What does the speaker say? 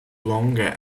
longer